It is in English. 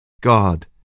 God